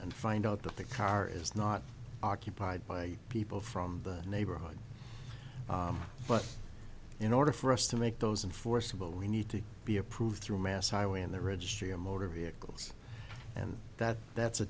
and find out that the car is not occupied by people from the neighborhood but in order for us to make those and forcible we need to be approved through mass highway and the registry of motor vehicles and that that's a